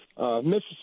Mississippi